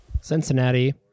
Cincinnati